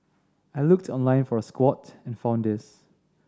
I looked online for a squat and found this